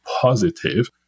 positive